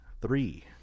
three